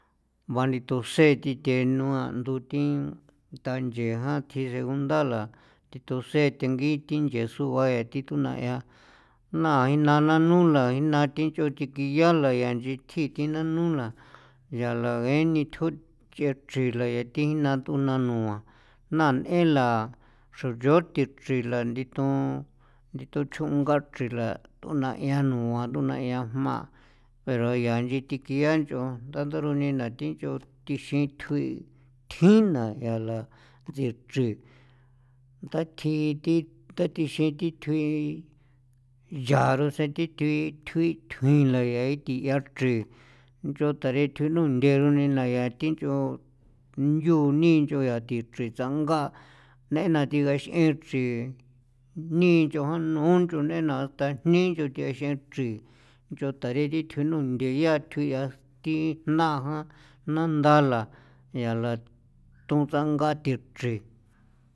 Banituse' thi the nuandu thin tanche jan thi segunda la thi to seen thengi thi nche suae thi tona'ia nai naa nanu la inaa thi nch'u tsekiya la yaa nchi tjii thi nano la yaa lage nithjon nche chrin lei thjina tonuan na n'enla xroyuthe chrin la nditon nditon chrjunga chri la tonaian nua tonaian jma' pero yaa ichin thikian nch'on ndanda runi na thi nch'on thixin thjuin thjin na yaala tsii chrin ndathjiin thi ndathexin thi thjuin yaa rose thi kin thjuin thjuinla ngee ithia chrin nch'on taretho nunde nena ya thi nch'on nyu nii nch'on yaa thi chrin tsanga nena thi gax'en chrin nii nch'on ja nun nch'on nena ta jni nch'on thexiin chrin nch'on tareri thjuin nunthe yaa thjuin yaa thi jna jan nandala yaala tuntsanga thii chrin.